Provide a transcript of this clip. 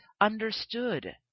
understood